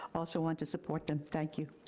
also want to support them, thank you.